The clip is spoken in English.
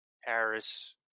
Harris